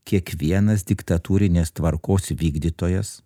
kiekvienas diktatūrinės tvarkos vykdytojas